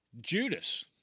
Judas